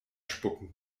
spucken